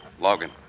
Logan